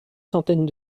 centaines